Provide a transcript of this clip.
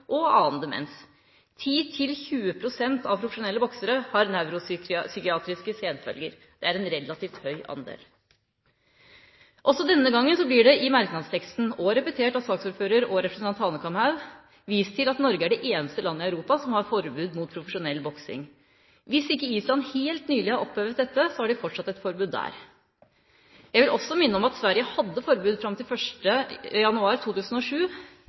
og annen demens. 10–20 pst. av profesjonelle boksere har nevropsykiatriske senfølger – det er en relativt høy andel. Også denne gangen blir det i merknadsteksten, og repetert av saksordføreren og representanten Hanekamhaug, vist til at Norge er det eneste landet i Europa som har forbud mot profesjonell boksing. Hvis ikke Island helt nylig har opphevet dette, har de fortsatt et forbud der. Jeg vil også minne om at Sverige hadde forbud fram til 1. januar 2007.